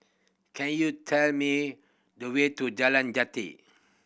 can you tell me the way to Jalan Jati